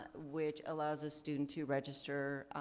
ah which allows a student to register